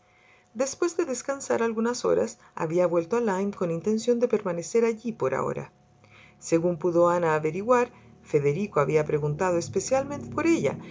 después de descansar algunas horas había vuelto a lyme con intención de permanecer allí por ahora según pudo ana averiguar federico había preguntado especialmente por ella